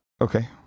okay